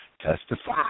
testify